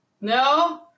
No